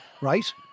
Right